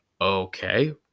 okay